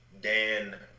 Dan